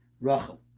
Rachel